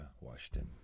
Washington